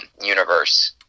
universe